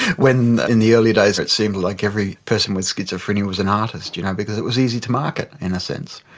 when in the early days it seemed like every person with schizophrenia was an artist you know because it was easy to market, in a sense.